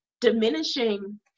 diminishing